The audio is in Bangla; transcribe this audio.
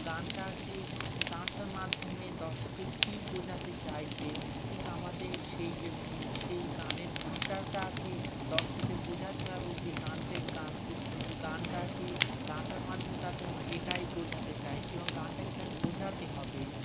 গানটাকে গানটার মাধ্যমে দর্শককে কী বোঝাতে চাইছে ঠিক আমাদের সেই সেই গানের ভাষাটাকে দর্শকদের বোঝাতে হবে যে গানটা গানট গানটাকে গানটার মাধ্যমে তাদের আমরা এটাই বোঝাতে চাইছি এবং গানটাকে তারাদের বোঝাতে হবে